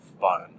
fun